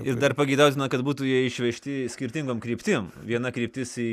ir dar pageidautina kad būtų jie išvežti skirtingom kryptim viena kryptis į